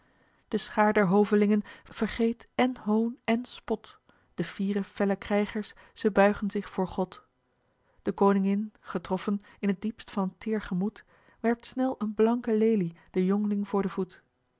de schaar der hovelingen vergeet én hoon én spot eli heimans willem roda de fiere felle krijgers ze buigen zich voor god de koningin getroffen in t diepst van t teer gemoed werpt snel een blanke lelie den jong'ling voor den voet